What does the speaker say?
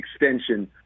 extension